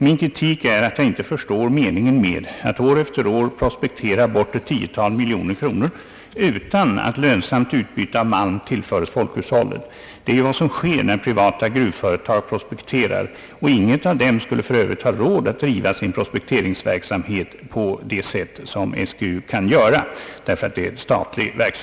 Min kritik är att jag inte förstår meningen med att år efter år prospektera bort ett tiotal miljoner kronor utan att lönsamt utbyte av malm tillföres folkhushållet, vilket ju sker när privata gruvföretag prospekterar. Inget privatföretag skulle för övrigt ha råd att driva sin prospekteringsverksamhet på det sätt som SGU kan göra i egenskap av en statlig institution.